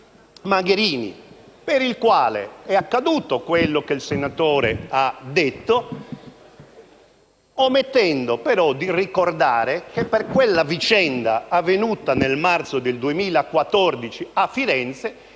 Magherini, per il quale è accaduto quello che il senatore Giovanardi ha detto, omettendo però di ricordare che per quella vicenda, avvenuta nel marzo del 2014 a Firenze,